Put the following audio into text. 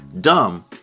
dumb